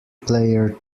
player